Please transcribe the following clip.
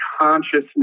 consciousness